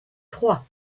trois